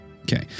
Okay